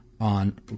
on